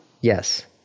Yes